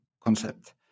concept